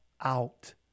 out